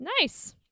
Nice